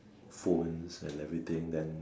phones and everything then